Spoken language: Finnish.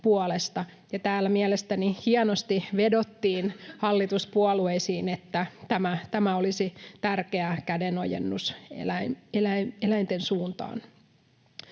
Täällä mielestäni hienosti vedottiin hallituspuolueisiin, että tämä olisi tärkeä kädenojennus eläinten suuntaan.